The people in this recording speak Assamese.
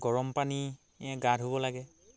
গৰম পানীৰে গা ধুব লাগে